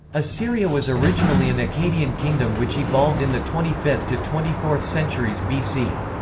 assyria was originally an akkadian kingdom which evolved in the twenty fifth to twenty fourth centuries bc.